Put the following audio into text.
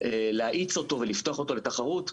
להאיץ אותו ולפתוח אותו לתחרות.